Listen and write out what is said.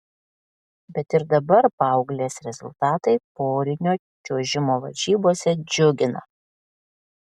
bet ir dabar paauglės rezultatai porinio čiuožimo varžybose džiugina